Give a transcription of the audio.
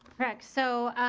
so,